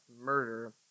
murder